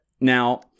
Now